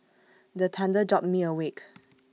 the thunder jolt me awake